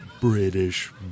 British